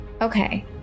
Okay